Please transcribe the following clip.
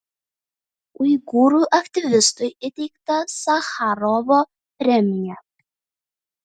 uigūrų aktyvistui įteikta sacharovo premija